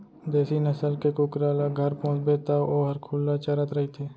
देसी नसल के कुकरा ल घर पोसबे तौ वोहर खुल्ला चरत रइथे